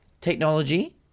technology